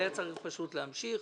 היה צריך פשוט להמשיך.